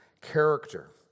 character